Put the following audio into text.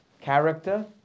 character